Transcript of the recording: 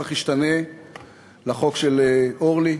ישתנה לנוסח החוק של אורלי,